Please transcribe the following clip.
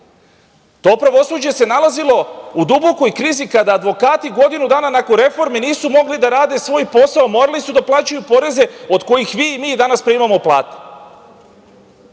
To pravosuđe se nalazilo u dubokoj krizi kada advokati godinu dana nakon reforme nisu mogli da rade svoj posao, a morali su da plaćaju poreze od kojih vi i mi danas primamo plate. Zato